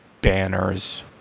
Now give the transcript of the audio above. banners